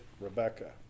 Rebecca